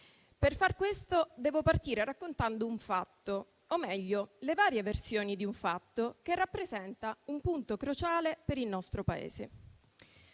Per far questo devo partire raccontando un fatto, o meglio le varie versioni di un fatto che rappresenta un punto cruciale per il nostro Paese.